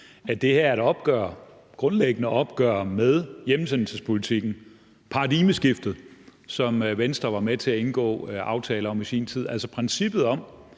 at det her er et grundlæggende opgør med hjemsendelsespolitikken, paradigmeskiftet, som Venstre var med til at indgå aftale om i sin tid, altså princippet om,